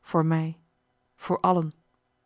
voor mij voor allen